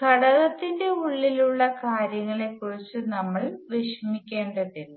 ഘടകത്തിന്റെ ഉള്ളിൽ ഉള്ള കാര്യങ്ങളെ കുറിച്ചു നമ്മൾ വിഷമിക്കേണ്ടതില്ല